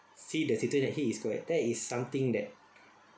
see the situation that he is correct that is something that